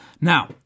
Now